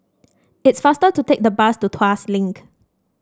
it's faster to take the bus to Tuas Link